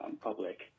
public